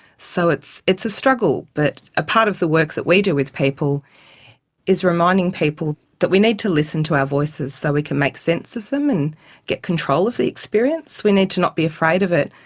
so it's it's a struggle. but a part of the work that we do with people is reminding people that we need to listen to our voices so we can make sense of them and get control of the experience. we need to not be afraid of it.